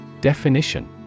Definition